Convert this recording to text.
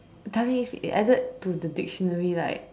I'm telling you it's either to the dictionary like